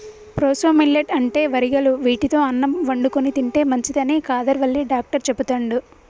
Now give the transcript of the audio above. proso millet అంటే వరిగలు వీటితో అన్నం వండుకొని తింటే మంచిదని కాదర్ వల్లి డాక్టర్ చెపుతండు